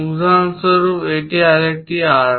উদাহরণস্বরূপ এটি আরেকটি আর্ক